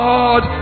God